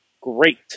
great